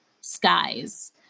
skies